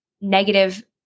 negative